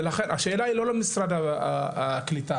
השאלה היא לא למשרד הקליטה,